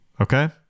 okay